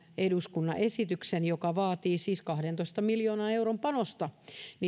eduskunnan esityksen joka vaatii siis kahdentoista miljoonan euron panosta